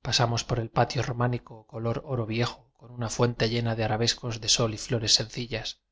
pasamos por el patio románico color oro viejo con una fuente llena de arabescos de sol y flores sencillas